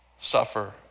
suffer